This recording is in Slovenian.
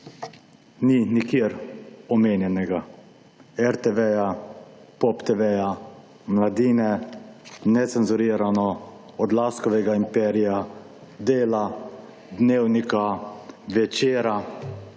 ni nikjer omenjenega RTV, POP TV, Mladine, Necenzurirano, Odlazkovega imperija, Dela, Dnevnika, Večera,